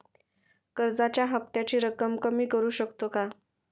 कर्जाच्या हफ्त्याची रक्कम कमी करू शकतो का?